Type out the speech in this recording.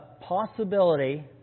possibility